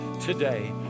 today